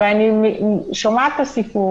אבל אני שומעת את הסיפור,